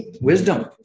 wisdom